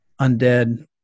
undead